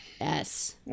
yes